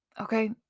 Okay